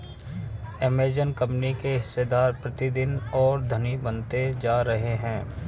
Amazon company के हिस्सेदार प्रतिदिन और धनी बनते जा रहे हैं